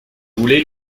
voulez